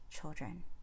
children